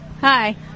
hi